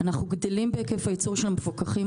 אנחנו גדלים בהיקף הייצור של המפוקחים